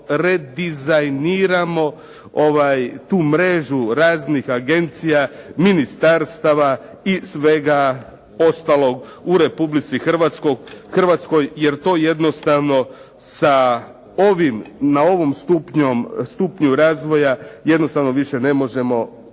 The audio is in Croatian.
redizajniramo tu mrežu raznih agencija, ministarstava i svega ostalog u Republici Hrvatskoj jer to jednostavno sa ovim, na ovom stupnju razvoja jednostavno više ne možemo pratiti.